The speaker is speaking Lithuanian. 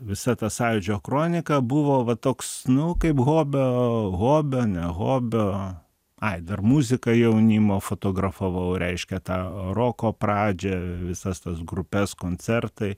visa ta sąjūdžio kronika buvo va toks nu kaip hobio hobio ne hobio ai dar muziką jaunimo fotografavau reiškia tą roko pradžią visas tas grupes koncertai